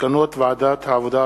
מסקנות ועדת העבודה,